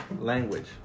language